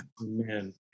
Amen